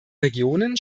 regionen